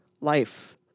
life